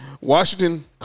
Washington